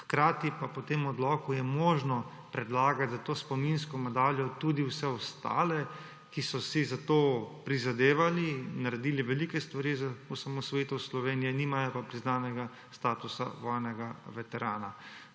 Hkrati pa je po tem odloku možno predlagati za to spominsko medaljo tudi vse ostale, ki so si za to prizadevali, naredili velike stvari za osamosvojitev Slovenije, nimajo pa priznanega statusa vojnega veterana.